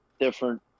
different